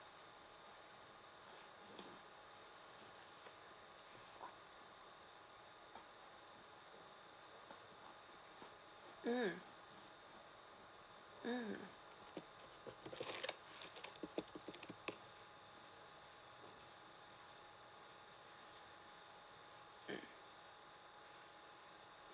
mm mm mm